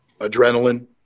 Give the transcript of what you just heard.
adrenaline